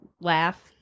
laugh